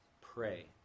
pray